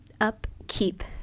upkeep